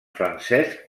francesc